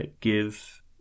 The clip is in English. give